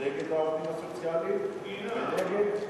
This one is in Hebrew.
נגד העובדים הסוציאליים ונגד,